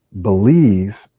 believe